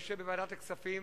אני יושב בוועדת הכספים,